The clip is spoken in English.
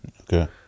Okay